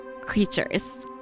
creatures